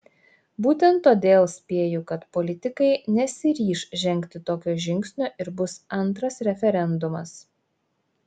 būtent todėl spėju kad politikai nesiryš žengti tokio žingsnio ir bus antras referendumas